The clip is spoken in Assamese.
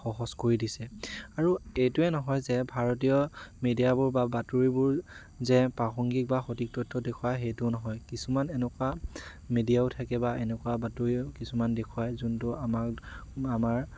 সহজ কৰি দিছে আৰু এইটোৱে নহয় যে ভাৰতীয় মিডিয়াবোৰ বা বাতৰিবোৰ যে প্ৰাসংগিক বা সঠিক তথ্য দেখুৱায় সেইটোও নহয় কিছুমান এনেকুৱা মিডিয়াও থাকে বা এনেকুৱা বাতৰিও কিছুমান দেখুৱায় যোনটো আমাক আমাৰ